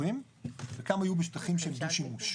פתוחים וכמה יהיו בשטחים של דו-שימוש.